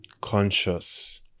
conscious